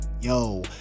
yo